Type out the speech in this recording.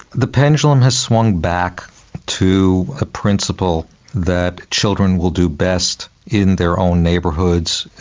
the pendulum has swung back to a principle that children will do best in their own neighbourhoods,